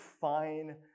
fine